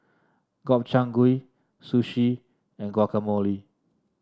Gobchang Gui Sushi and Guacamole